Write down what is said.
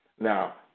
Now